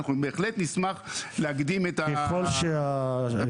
אנחנו בהחלט נשמח להקדים את ה- -- ככול שזה